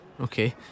Okay